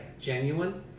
genuine